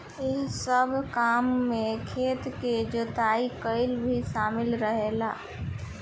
एह सब काम में खेत के जुताई कईल भी शामिल रहेला